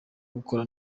gukora